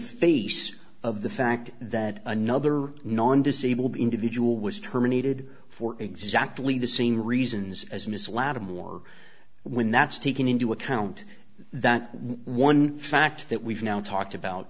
face of the fact that another non disabled individual was terminated for exactly the same reasons as miss latimer war when that's taken into account that one fact that we've now talked about